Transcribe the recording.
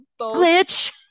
glitch